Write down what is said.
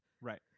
right